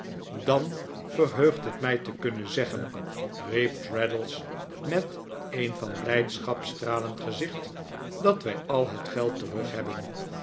dan verheugt het mij te kunnen zeggen riep traddles met een van blijdschap stralend gezicht dat wij al het geld terug